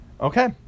Okay